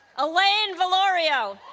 elaine vilorio